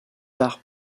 tard